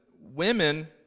women